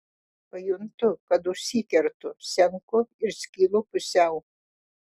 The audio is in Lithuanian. pajuntu kad užsikertu senku ir skylu pusiau